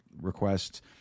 requests